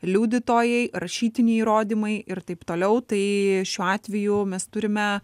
liudytojai rašytiniai įrodymai ir taip toliau tai šiuo atveju mes turime